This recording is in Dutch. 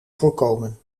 voorkomen